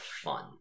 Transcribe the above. fun